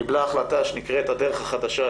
קיבלה החלטה שנקראת "הדרך החדשה",